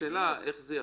השאלה היא איך זה יחול.